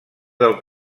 del